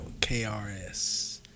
krs